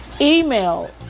Email